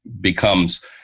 becomes